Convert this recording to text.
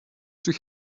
durch